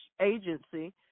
Agency